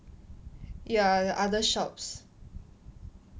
ya other shops